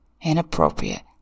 Inappropriate